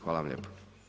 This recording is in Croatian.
Hvala vam lijepa.